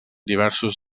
diversos